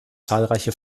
zahlreiche